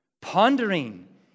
pondering